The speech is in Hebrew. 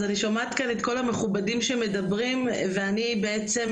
אז אני שומעת כאן את כל המכובדים שמדברים ואני בעצם,